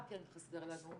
מה כן חסר לנו,